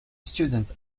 students